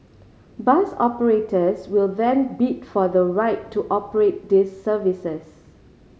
bus operators will then bid for the right to operate these services